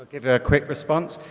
give it a quick response.